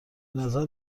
نظر